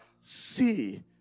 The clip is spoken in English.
See